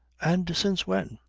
and since when?